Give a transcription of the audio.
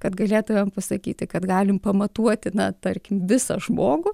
kad galėtumėm pasakyti kad galim pamatuoti na tarkim visą žmogų